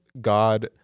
God